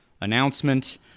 announcement